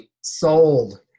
Sold